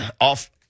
off